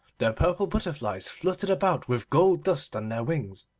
the purple butterflies fluttered about with gold dust on their wings,